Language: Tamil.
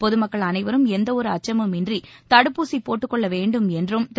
பொதுமக்கள் அனைவரும் எந்தவொரு அச்சமும் இன்றி தடுப்பூசி போட்டுக் கொள்ள வேண்டும் என்று திரு